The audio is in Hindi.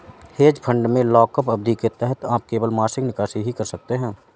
हेज फंड में लॉकअप अवधि के तहत आप केवल मासिक निकासी ही कर सकते हैं